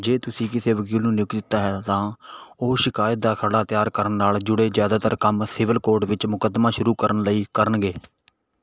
ਜੇ ਤੁਸੀਂ ਕਿਸੇ ਵਕੀਲ ਨੂੰ ਨਿਯੁਕਤ ਕੀਤਾ ਹੈ ਤਾਂ ਉਹ ਸ਼ਿਕਾਇਤ ਦਾ ਖਰੜਾ ਤਿਆਰ ਕਰਨ ਨਾਲ ਜੁੜੇ ਜ਼ਿਆਦਾਤਰ ਕੰਮ ਸਿਵਲ ਕੋਰਟ ਵਿੱਚ ਮੁਕੱਦਮਾ ਸ਼ੁਰੂ ਕਰਨ ਲਈ ਕਰਨਗੇ